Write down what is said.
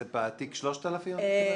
בתיק 3000 את מתכוונת?